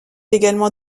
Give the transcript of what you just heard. également